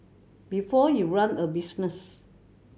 before you run a business